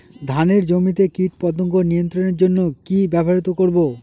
ধানের জমিতে কীটপতঙ্গ নিয়ন্ত্রণের জন্য কি ব্যবহৃত করব?